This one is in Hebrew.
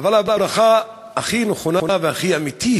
אבל הברכה הכי נכונה והכי אמיתית: